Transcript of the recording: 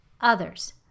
others